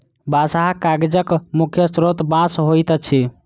बँसहा कागजक मुख्य स्रोत बाँस होइत अछि